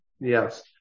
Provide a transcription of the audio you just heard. Yes